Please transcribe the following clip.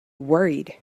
worried